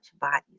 bodies